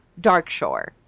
Darkshore